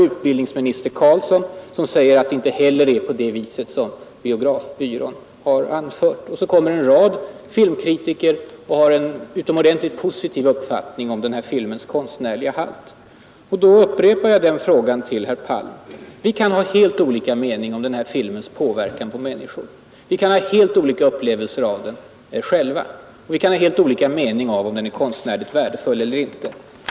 Utbildningsminister Ingvar Carlsson säger också att det inte heller är så som biografbyrån menar. Och så kommer flera filmkritiker med en utomordentligt positiv uppfattning om denna films konstnärliga halt. Då upprepar jag min fråga till herr Palm. Vi kan ha helt olika mening om denna films påverkan på människor. Vi kan ha helt olika upplevelser av den själva, och vi kan ha helt olika mening om dess konstnärliga värde.